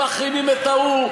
יושב-ראש האופוזיציה.